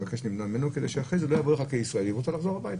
כדי שאחר כך הוא לא יבקש כישראלי לחזור הביתה.